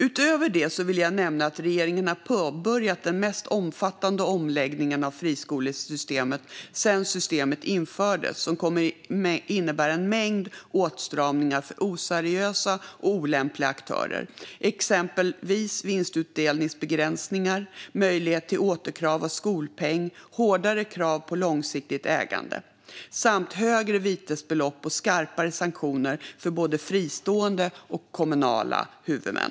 Utöver detta vill jag nämna att regeringen har påbörjat den mest omfattande omläggningen av friskolesystemet sedan systemet infördes, som kommer att innebära en mängd åtstramningar för oseriösa och olämpliga aktörer, exempelvis vinstutdelningsbegränsningar, möjlighet till återkrav av skolpeng, hårdare krav på långsiktigt ägande samt högre vitesbelopp och skarpare sanktioner för både fristående och kommunala huvudmän.